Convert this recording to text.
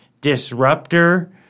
disruptor